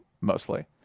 mostly